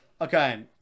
Okay